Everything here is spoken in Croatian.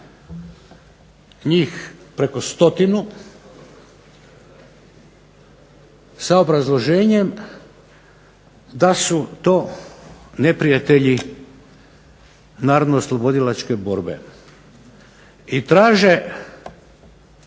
njih preko stotinu sa obrazloženjem da su to neprijatelji NOB-a. I traže